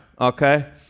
okay